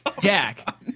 Jack